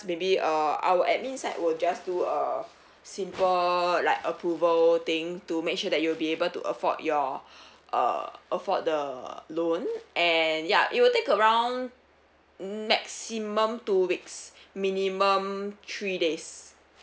maybe uh our admin side will just do a simple like approval thing to make sure that you will be able to afford your uh afford the loan and ya it will take around maximum two weeks minimum three days